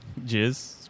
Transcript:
jizz